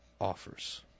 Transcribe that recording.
offers